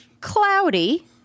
cloudy